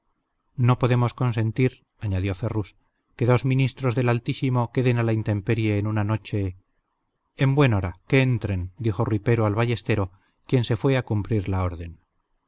no podemos consentir añadió ferrus que dos ministros del altísimo queden a la intemperie en una noche en buen hora que entren dijo rui pero al ballestero quien se fue a cumplir la orden